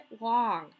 long